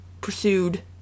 pursued